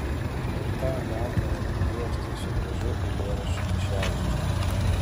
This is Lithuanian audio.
ir tą gatavą prijuostę su gražiu eilėraščiu kišenėje